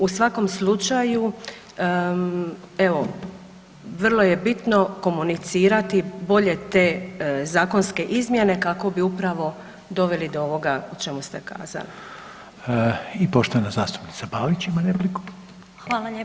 U svakom slučaju, evo, vrlo je bitno komunicirati bolje te zakonske izmjene, kako bi upravo doveli do ovoga o čemu ste kazali.